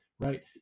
right